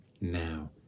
now